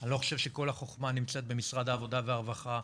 אני לא חושב שכל החכמה נמצאת במשרד העבודה והרווחה,